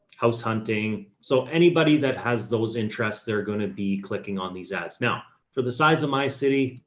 house hunting. so anybody that has those interests, they're going to be clicking on these ads now for the size of my city.